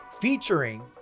featuring